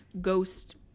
ghost